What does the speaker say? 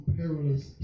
perilous